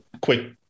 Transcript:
quick